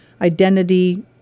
identity